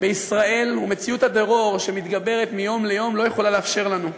בישראל ומציאות הטרור שמתגבר מיום ליום לא יכולה לאפשר לנו,